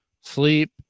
sleep